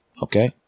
Okay